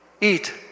eat